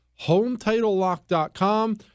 HometitleLock.com